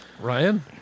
ryan